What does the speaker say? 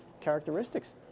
characteristics